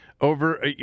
over –